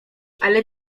ale